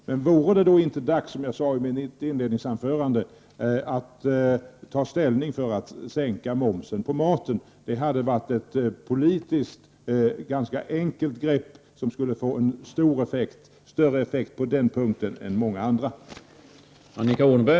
Men vore det då inte dags, som jag sade i mitt inledningsanförande, att ta ställning för att sänka momsen på maten? Det hade varit ett politiskt ganska enkelt grepp som i detta avseende skulle få en mycket större effekt än många andra åtgärder.